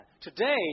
Today